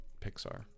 Pixar